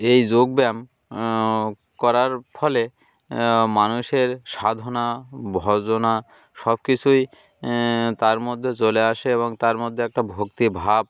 এই যোগ ব্য্যায়াম করার ফলে মানুষের সাধনা ভজনা সব কিছুই তার মধ্যে চলে আসে এবং তার মধ্যে একটা ভক্তিভাব